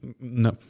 No